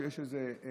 יש איזה קשר.